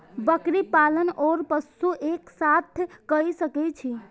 बकरी पालन ओर पशु एक साथ कई सके छी?